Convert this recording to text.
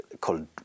called